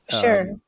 Sure